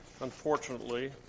unfortunately